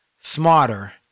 smarter